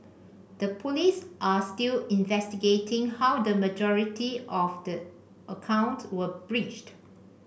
the Police are still investigating how the majority of the account were breached